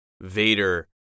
Vader